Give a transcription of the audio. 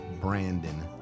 Brandon